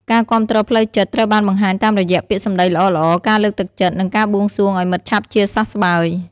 ការគាំទ្រផ្លូវចិត្តត្រូវបានបង្ហាញតាមរយៈពាក្យសម្ដីល្អៗ ការលើកទឹកចិត្ត និងការបួងសួងឱ្យមិត្តឆាប់ជាសះស្បើយ។